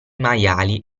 maiali